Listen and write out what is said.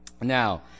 Now